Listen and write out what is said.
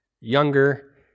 younger